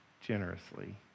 generously